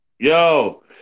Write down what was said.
Yo